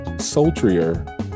Sultrier